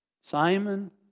Simon